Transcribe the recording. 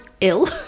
ill